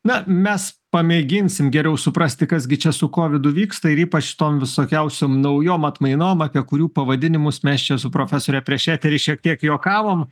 na mes pamėginsim geriau suprasti kas gi čia su kovidu vyksta ir ypač tom visokiausiom naujom atmainom apie kurių pavadinimus mes čia su profesore prieš eterį šiek tiek juokavom